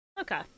okay